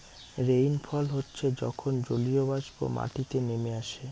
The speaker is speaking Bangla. রেইনফল হচ্ছে যখন জলীয়বাষ্প মাটিতে নেমে আসে